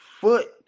foot